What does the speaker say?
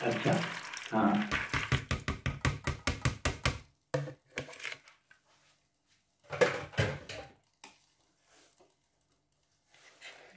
અચ્છા હા